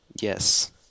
Yes